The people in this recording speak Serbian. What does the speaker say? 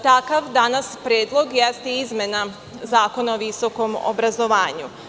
Takav predlog danas jeste izmena Zakona o visokom obrazovanju.